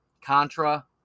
Contra